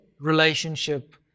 relationship